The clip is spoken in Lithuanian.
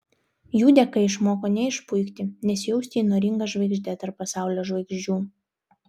jų dėka išmoko neišpuikti nesijausti įnoringa žvaigžde tarp pasaulio žvaigždžių